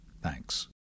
Thanks